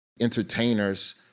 Entertainers